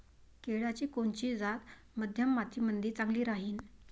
केळाची कोनची जात मध्यम मातीमंदी चांगली राहिन?